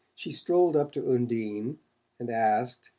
she strolled up to undine and asked,